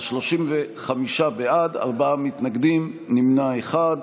אז 35 בעד, ארבעה מתנגדים, נמנע אחד.